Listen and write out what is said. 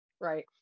right